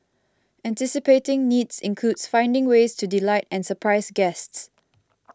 anticipating needs includes finding ways to delight and surprise guests